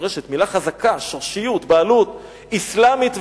מלה חזקה, שורשיות, בעלות, אסלאמית ואנושית,